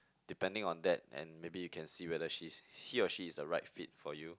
depending on that and maybe you can see whether she's he or she is the right fit for you